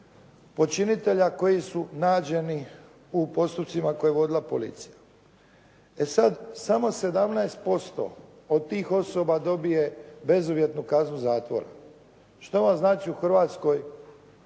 počinitelja koji su nađeni u postupcima koje je vodila policija. E sada samo 17% od tih osoba dobije bezuvjetnu kaznu zatvora. Što ona znači u Hrvatskoj?